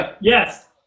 Yes